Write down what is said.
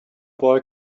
boy